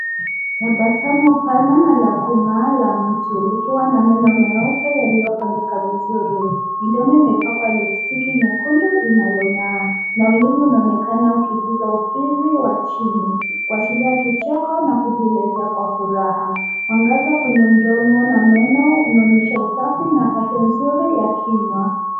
Tabasamu pana na la kung'aa la mtu likiwa na meno meupe yaliyopangika vizuri. Midomo imepakwa lipstick nyekundu inayong'aa na ulimi unaonekana ukiguza ufizi wa chini kuashiria kicheko na kujielezea kwa furaha. Mwanagaza kwenye mdomo na meno unaonyesha usafi na afya nzuri ya kinywa.